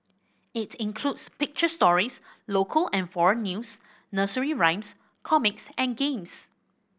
it includes picture stories local and foreign news nursery rhymes comics and games